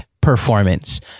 performance